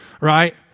right